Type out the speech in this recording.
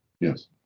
Yes